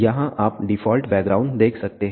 यहाँ आप default background देख सकते हैं